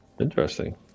Interesting